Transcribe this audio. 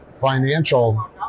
financial